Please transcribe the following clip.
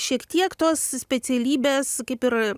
šiek tiek tos specialybės kaip ir